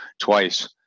twice